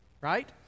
right